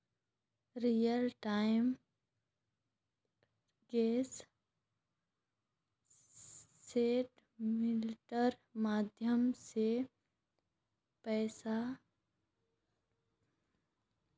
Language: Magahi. रियल टाइम ग्रॉस सेटलमेंटेर माध्यम स पैसातर ट्रांसैक्शन जल्दी ह छेक